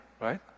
right